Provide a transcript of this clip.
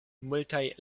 multaj